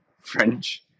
French